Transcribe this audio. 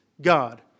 God